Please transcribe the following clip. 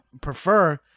prefer